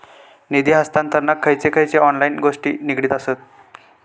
निधी हस्तांतरणाक खयचे खयचे ऑनलाइन गोष्टी निगडीत आसत?